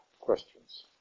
questions